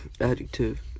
Adjective